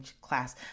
class